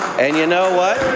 and you know what,